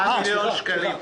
אה, סליחה.